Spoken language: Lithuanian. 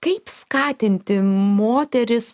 kaip skatinti moteris